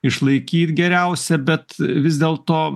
išlaikyt geriausia bet vis dėlto